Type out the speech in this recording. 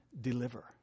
deliver